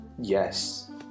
Yes